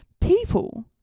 People